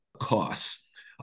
costs